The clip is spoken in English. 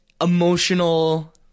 emotional